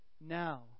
now